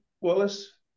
Wallace